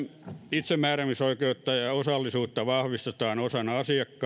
itsemääräämisoikeutta ja osallisuutta vahvistetaan osana asiakkaan